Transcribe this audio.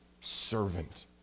servant